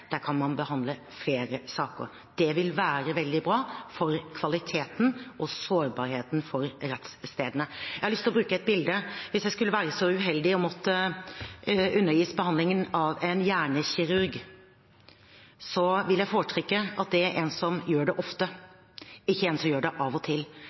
kan man behandle flere saker. Det vil være veldig bra for kvaliteten og sårbarheten for rettsstedene. Jeg har lyst til å bruke et bilde: Hvis jeg skulle være så uheldig å måtte undergis behandling av en hjernekirurg, vil jeg foretrekke at det er en som gjør det ofte, ikke en som gjør det av og til.